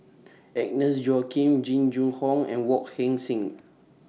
Agnes Joaquim Jing Jun Hong and Wong Heck Sing